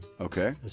Okay